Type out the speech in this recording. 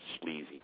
sleazy